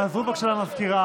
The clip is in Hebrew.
תעזרו בבקשה למזכירה,